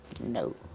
No